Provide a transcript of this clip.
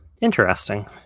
interesting